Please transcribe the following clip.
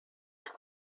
tres